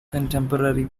contemporary